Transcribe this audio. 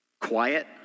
quiet